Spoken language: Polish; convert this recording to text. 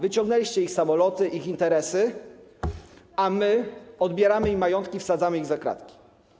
Wyciągnęliście ich samoloty, ich interesy, a my odbieramy im majątki, wsadzamy ich za kratki.